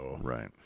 Right